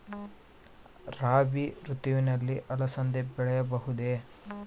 ರಾಭಿ ಋತುವಿನಲ್ಲಿ ಅಲಸಂದಿ ಬೆಳೆಯಬಹುದೆ?